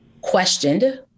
questioned